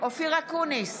אופיר אקוניס,